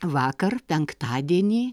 vakar penktadienį